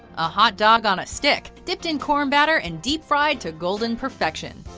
a hot dog on a stick, dipped in corn batter and deep fried to golden perfection.